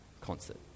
concert